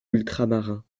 ultramarins